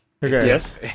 Yes